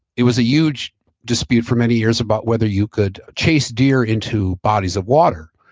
it was a huge dispute for many years about whether you could chase deer into bodies of water,